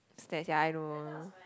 states ya I know